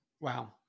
Wow